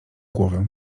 głowę